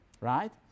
right